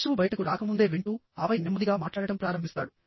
శిశువు బయటకు రాకముందే వింటూ ఆపై నెమ్మదిగా మాట్లాడటం ప్రారంభిస్తాడు